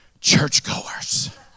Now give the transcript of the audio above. churchgoers